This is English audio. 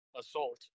assault